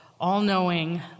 all-knowing